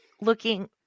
looking